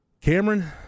Cameron